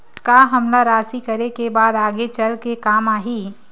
का हमला राशि करे के बाद आगे चल के काम आही?